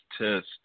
test